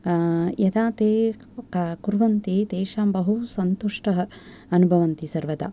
यदा ते कुर्वन्ति ते बहु सन्तोषम् अनुभवन्ति सर्वदा